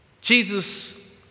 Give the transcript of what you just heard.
Jesus